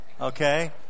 okay